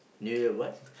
New Year what